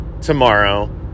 tomorrow